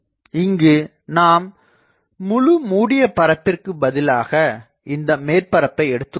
இங்கு நாம் இந்த முழு மூடிய பரப்பிற்குப் பதிலாக இந்த மேற்பரப்பை எடுத்துக்கொள்வோம்